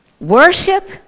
worship